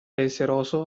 pensieroso